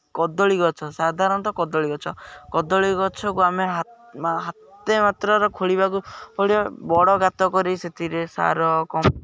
କଦଳୀ ଗଛ ସାଧାରଣତଃ କଦଳୀ ଗଛ କଦଳୀ ଗଛକୁ ଆମେ ହାତେ ମାତ୍ରାରେ ଖୋଳିବାକୁ ପଡ଼ିବ ବଡ଼ ଗାତ କରି ସେଥିରେ ସାର କମ୍ପୋଷ୍ଟ୍